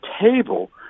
table